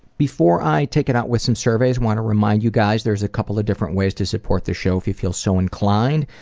before i take it out with some surveys i want to remind you guys there's a couple of different ways to support the show if you feel so inclined.